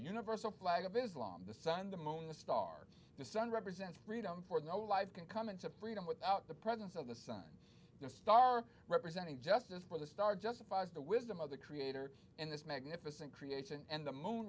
universal flag of islam the sun the moon the star the sun represents freedom for no life can come into breeding without the presence of the sun the star representing justice for the star justifies the wisdom of the creator in this magnificent creation and the moon